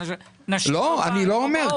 נשים לא באות.